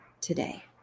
today